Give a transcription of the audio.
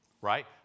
Right